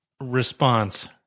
response